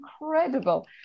incredible